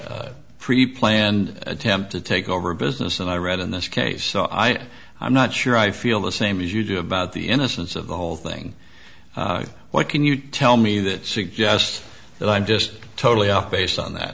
pre planned attempt to take over business and i read in this case so i i'm not sure i feel the same as you do about the innocence of the whole thing what can you tell me that suggests that i'm just totally off base on that